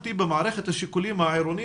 ודומיננטי במערכת השיקולים העירונית,